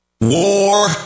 War